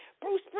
Bruce